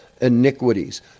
iniquities